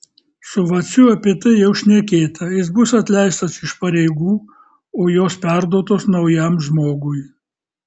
su vaciu apie tai jau šnekėta jis bus atleistas iš pareigų o jos perduotos naujam žmogui